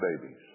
babies